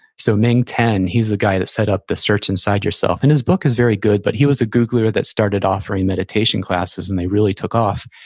so, meng tan, he's the guy that set up the search inside yourself, and his book is very good, but he was a googler that started offering meditation classes, and they really took off,